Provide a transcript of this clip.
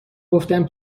گفتم